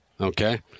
okay